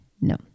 No